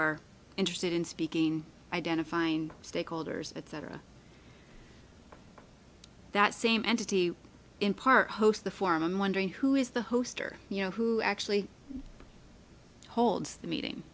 are interested in speaking identifying stakeholders etc that same entity in part host the form i'm wondering who is the host or you know who actually holds the meeting